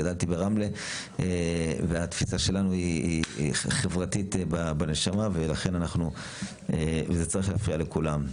גדלתי ברמלה והתפיסה שלנו היא חברתית בנשמה ולכן זה צריך להפריע לכולם.